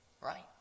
Right